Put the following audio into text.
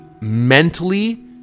mentally